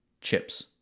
chips